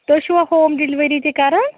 تُہۍ چھُوا ہوٗم ڈِلؤری تہِ کَران